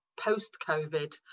post-COVID